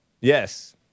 Yes